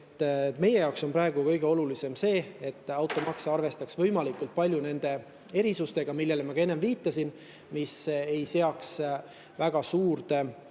Meie jaoks on praegu kõige olulisem see, et automaks arvestaks võimalikult palju nende erisustega, millele ma ka enne viitasin, ega seaks keerulisemasse